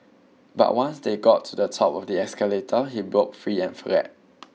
but once they got to the top of the escalator he broke free and fred